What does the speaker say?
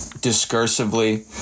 discursively